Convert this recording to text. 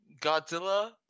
Godzilla